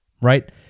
right